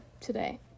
today